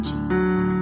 Jesus